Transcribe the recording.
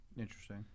interesting